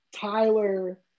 Tyler